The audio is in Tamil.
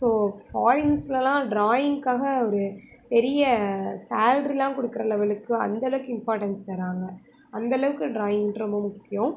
ஸோ ஃபாரீன்ஸ்லெல்லாம் ட்ராயிங்க்காக ஒரு பெரிய சேல்ரியெல்லாம் கொடுக்குற லெவலுக்கு அந்தளவுக்கு இம்பார்ட்டன்ஸ் தராங்க அந்தளவுக்கு ட்ராயிங் ரொம்ப முக்கியம்